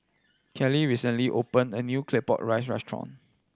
Keli recently opened a new Claypot Rice restaurant